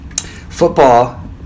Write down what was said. football